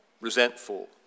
resentful